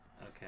Okay